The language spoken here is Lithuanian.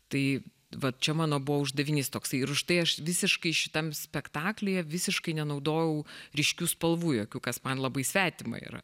tai vat čia mano buvo uždavinys toksai ir užtai aš visiškai šitam spektaklyje visiškai nenaudojau ryškių spalvų jokių kas man labai svetima yra